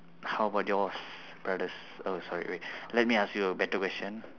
how about yours brothers oh sorry wait let me ask you a better question